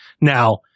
Now